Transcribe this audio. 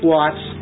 Watts